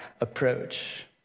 approach